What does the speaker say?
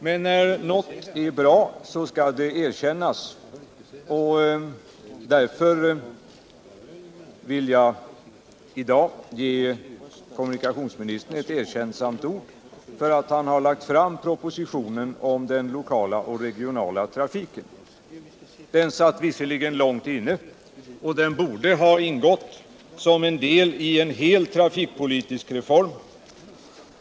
Men när något är bra skall det erkännas, och därför vill jag i dag ge kommunikationsministern ett erkännsamt ord för att han lagt fram propositionen om den lokala och regionala trafiken. Den satt visserligen långt inne, och den borde ha ingått som en del i en hel trafikpolitisk reform.